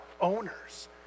owners